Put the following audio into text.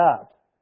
up